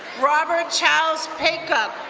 robert charles paca.